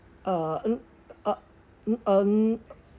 uh mm uh mm mm